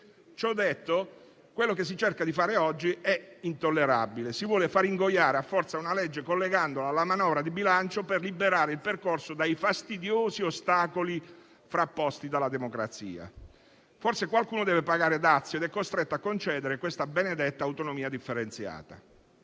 *standard*. Quello che si cerca di fare oggi è intollerabile. Si vuole far ingoiare a forza una legge collegandola alla manovra di bilancio per liberare il percorso dai fastidiosi ostacoli frapposti dalla democrazia. Forse qualcuno deve pagare dazio ed è costretto a concedere questa benedetta autonomia differenziata,